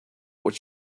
would